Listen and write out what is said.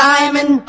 Diamond